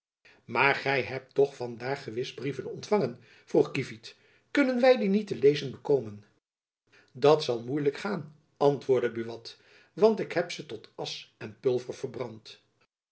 maar gy hebt toch van daar gewis brieven ontfangen vroeg kievit kunnen wy die niet te lezen bekomen dat zal moeilijk gaan antwoordde buat want ik heb ze tot asch en pulver verbrand